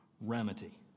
remedy